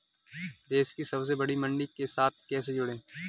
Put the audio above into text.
देश की सबसे बड़ी मंडी के साथ कैसे जुड़ें?